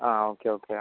ആ okay okay ആ